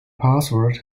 password